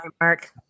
mark